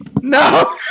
No